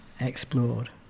explored